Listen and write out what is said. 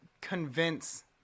convince